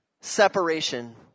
separation